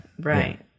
right